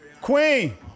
Queen